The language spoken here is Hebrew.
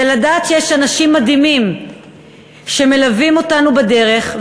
זה לדעת שיש אנשים מדהימים שמלווים אותנו בדרך,